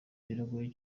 biragoye